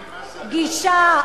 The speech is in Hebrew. "גישה",